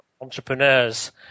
entrepreneurs